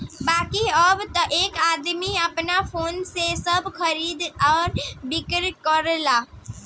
बाकिर अब त आदमी आपन फोने से सब खरीद आ बिक्री कर लेता